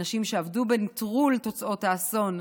אנשים שעבדו בנטרול תוצאות האסון,